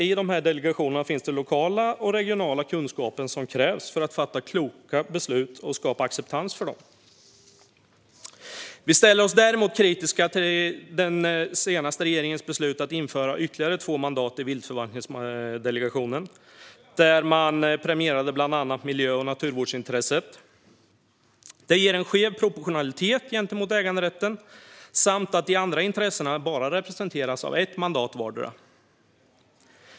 I dessa delegationer finns nämligen den lokala och regionala kunskap som krävs för att fatta kloka beslut och skapa acceptans för dem. Vi ställer oss däremot kritiska till den senaste regeringens beslut att införa ytterligare två mandat i viltförvaltningsdelegationen. Man premierar bland annat miljö och naturvårdsintresset, vilket ger en skev proportionalitet gentemot äganderätten. De andra intressena representeras dessutom av endast ett mandat vardera.